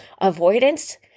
Avoidance